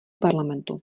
parlamentu